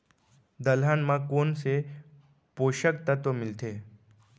दलहन म कोन से पोसक तत्व मिलथे?